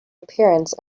appearance